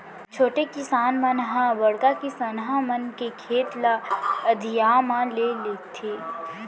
छोटे किसान मन ह बड़का किसनहा मन के खेत ल अधिया म ले लेथें